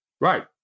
Right